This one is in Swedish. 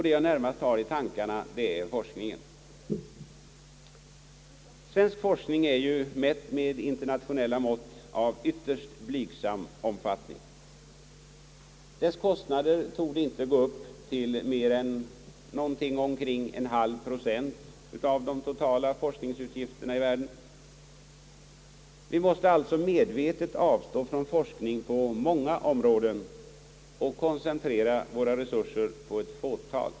Det jag närmast har i tankarna är forskningen. Svensk forskning är, mätt med internationella mått, av ytterst blygsam omfattning. Dess kostnader torde inte gå upp till mer än omkring en halv procent av de totala forskningsutgifterna i världen. Vi måste alltså medvetet avstå från forskning på många områden och koncentrera våra resurser på ett fåtal.